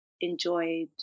enjoyed